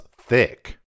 thick